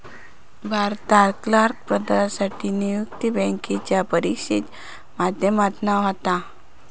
भारतात क्लर्क पदासाठी नियुक्ती बॅन्केच्या परिक्षेच्या माध्यमातना होता